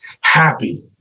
Happy